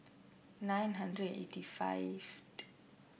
nine hundred eighty five